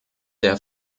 der